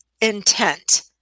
intent